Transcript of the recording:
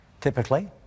Typically